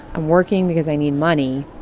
i'm working because i need money.